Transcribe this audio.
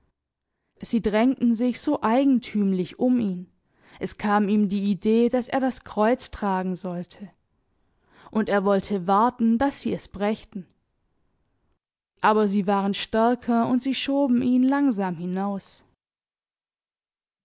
sie drängten sich so eigentümlich um ihn es kam ihm die idee daß er das kreuz tragen sollte und er wollte warten daß sie es brächten aber sie waren stärker und sie schoben ihn langsam hinaus